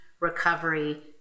recovery